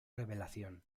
revelación